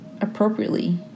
appropriately